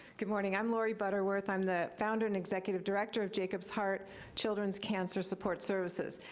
good morning, i'm laurie butterworth. i'm the found and executive director of jacob's heart children's cancer support services,